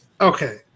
Okay